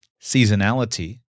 seasonality